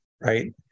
right